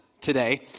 today